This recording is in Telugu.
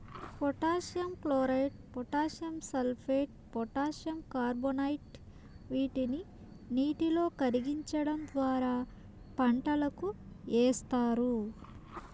potassium chloride, potassium sulphate, potassium carbonate వీటిని నీటిలో కరిగించడం ద్వారా పంటలకు ఏస్తారు